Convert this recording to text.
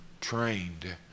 trained